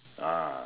ah